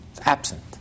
absent